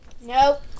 Nope